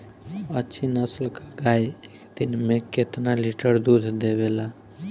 अच्छी नस्ल क गाय एक दिन में केतना लीटर दूध देवे ला?